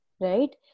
right